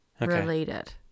related